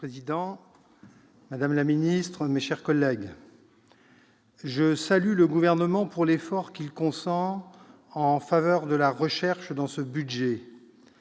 madame la ministre, mes chers collègues, je salue le Gouvernement pour l'effort qu'il consent en faveur de la recherche dans ce budget.